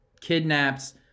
kidnaps